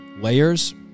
layers